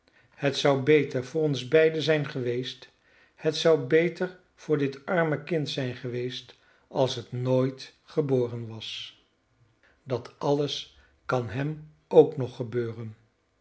het zou beter voor ons beiden zijn geweest het zou beter voor dit arme kind zijn geweest als het nooit geboren was dat alles kan hem ook nog gebeuren